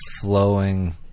flowing